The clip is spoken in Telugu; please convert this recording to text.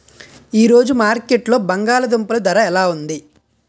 ఈ రోజు మార్కెట్లో బంగాళ దుంపలు ధర ఎలా ఉంది?